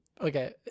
Okay